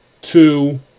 two